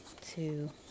two